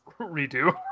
redo